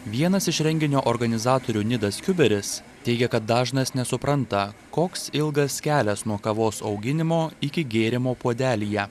vienas iš renginio organizatorių nidas kiuberis teigia kad dažnas nesupranta koks ilgas kelias nuo kavos auginimo iki gėrimo puodelyje